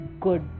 good